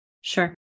Sure